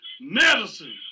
medicine